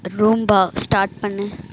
ரூம்பா start பண்ணு